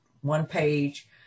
one-page